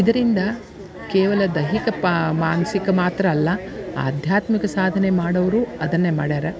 ಇದರಿಂದ ಕೇವಲ ದೈಹಿಕ ಪಾ ಮಾನಸಿಕ ಮಾತ್ರ ಅಲ್ಲ ಆಧ್ಯಾತ್ಮಿಕ ಸಾಧನೆ ಮಾಡೋವ್ರು ಅದನ್ನೇ ಮಾಡ್ಯಾರ